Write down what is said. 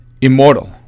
immortal